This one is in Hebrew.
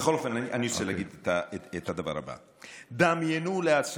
אני רוצה להגיד את הדבר הבא: דמיינו לעצמכם,